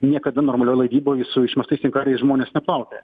niekada normalioj laivyboj su išmestais inkarais žmonės neplaukioja